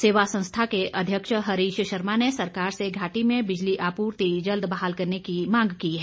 सेवा संस्था के अध्यक्ष हरीश शर्मा ने सरकार से घाटी में बिजली आपूर्ति जल्द बहाल करने की मांग की है